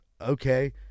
okay